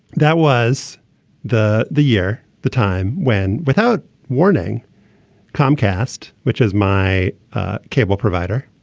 that was the the year the time when without warning comcast which has my cable provider